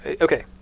okay